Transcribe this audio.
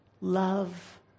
love